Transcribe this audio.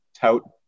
tout